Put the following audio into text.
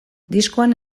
diskoan